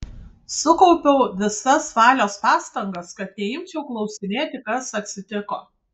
sukaupiau visas valios pastangas kad neimčiau klausinėti kas atsitiko